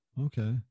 okay